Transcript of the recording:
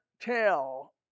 tell